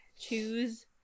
choose